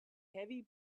heavy